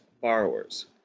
Borrowers